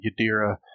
Yadira